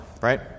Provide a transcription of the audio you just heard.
right